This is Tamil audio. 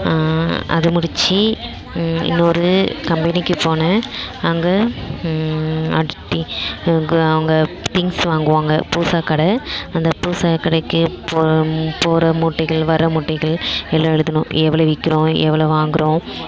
அதை முடிச்சு இன்னொரு கம்பெனிக்குப் போனேன் அங்கே அவங்க திங்க்ஸ் வாங்குவாங்க பூசா கடை அந்த பூசா கடைக்கு போகும் போகிற மூட்டைகள் வர்ற மூட்டைகள் எல்லாம் எழுதணும் எவ்வளோ விற்கிறோம் எவ்வளோ வாங்கிறோம்